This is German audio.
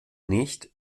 nicht